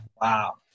Wow